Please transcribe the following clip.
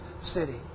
city